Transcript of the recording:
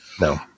No